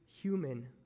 human